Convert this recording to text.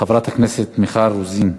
חברת הכנסת מיכל רוזין.